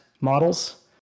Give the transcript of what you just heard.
models